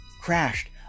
crashed